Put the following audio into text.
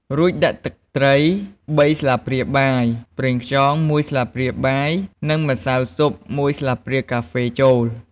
រួចដាក់ ទឹកត្រី ៣ ស្លាបព្រាបាយ ប្រេងខ្យង ១ ស្លាបព្រាបាយ និង ម្សៅស៊ុប ១ ស្លាបព្រាកាហ្វេ ចូល។